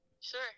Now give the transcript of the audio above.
Sure